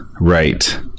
right